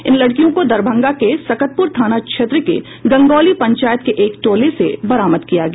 इन लड़कियों को दरभंगा के सकतपुर थाना क्षेत्र के गंगौली पंचायत के एक टोले से बरामद किया गया